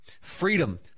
Freedom